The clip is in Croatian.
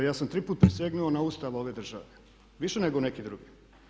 Ja sam tri puta prisegnuo na Ustav ove države, više nego neki drugi.